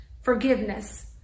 forgiveness